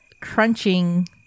crunching